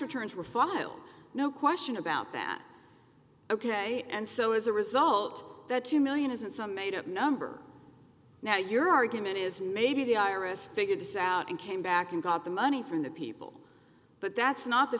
returns were filed no question about that ok and so as a result that two million isn't some made up number now your argument is maybe the iris figured this out and came back and got the money from the people but that's not the